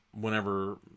whenever